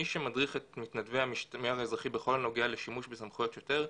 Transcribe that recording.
מי שמדריך את מתנדבי המשמר האזרחי בכול הנוגע לשימוש בסמכויות שוטר,